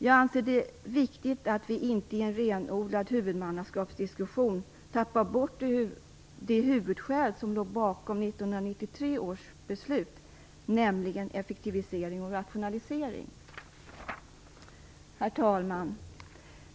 Jag anser det viktigt att vi inte i en renodlad huvudmannaskapsdiskussion tappar bort de huvudskäl som låg bakom 1993 års beslut, nämligen effektivisering och rationalisering. Herr talman!